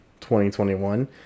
2021